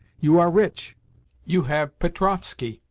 you are rich you have petrovskoe,